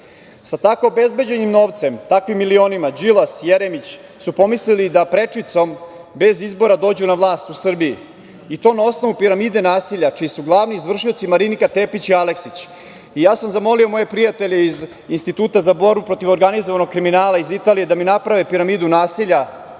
Sa tako obezbeđenim novcem, takvim milionima Đilas i Jeremić su pomislili da prečicom, bez izbora, dođu na vlast u Srbiji i to na osnovu piramide nasilja čiji su glavni izvršioci Marinika Tepić i Aleksić. Ja sam zamolio moje prijatelje iz Instituta za borbu protiv organizovanog kriminala iz Italije da mi naprave piramidu nasilja